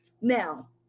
Now